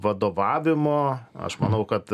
vadovavimo aš manau kad